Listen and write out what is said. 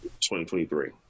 2023